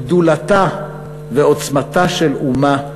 גדולתה ועוצמתה של אומה,